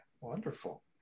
Wonderful